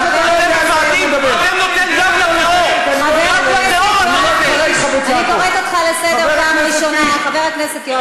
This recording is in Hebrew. בוא נראה איפה יש פה 90 חברי כנסת.